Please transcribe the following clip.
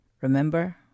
Remember